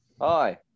Hi